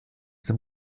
dem